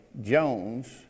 Jones